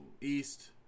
East